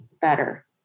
better